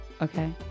okay